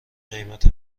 قیمت